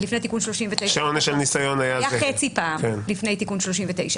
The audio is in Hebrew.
לפני תיקון 39. כעונש על ניסיון היה --- הוא היה חצי לפני תיקון 39,